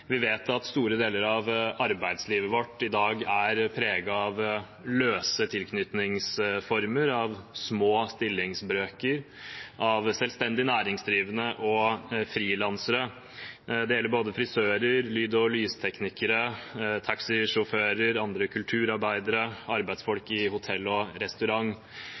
Vi vet at store deler av arbeidslivet vårt i dag er preget av løse tilknytningsformer, av små stillingsbrøker, av selvstendig næringsdrivende og frilansere. Det gjelder både frisører, lyd- og lysteknikere, taxisjåfører, andre kulturarbeidere og arbeidsfolk i hotell og restaurant.